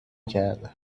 کردم